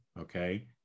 okay